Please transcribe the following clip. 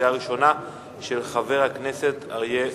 של חבר הכנסת אריה אלדד.